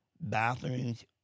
Bathrooms